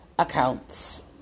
accounts